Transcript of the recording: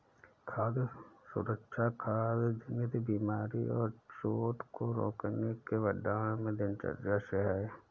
खाद्य सुरक्षा खाद्य जनित बीमारी और चोट को रोकने के भंडारण में दिनचर्या से है